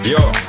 Yo